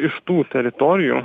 iš tų teritorijų